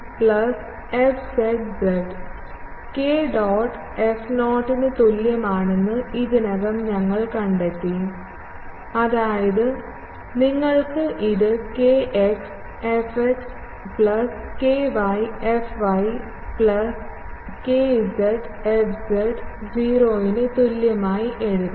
K dot f 0 ന് തുല്യമാണെന്ന് ഇതിനകം ഞങ്ങൾ കണ്ടെത്തി അതായത് നിങ്ങൾക്ക് ഇത് kx fx plus ky fy plus kz fz 0 ന് തുല്യമായി എഴുതാം